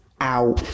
out